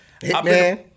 Hitman